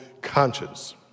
conscience